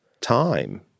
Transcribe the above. time